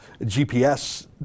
GPS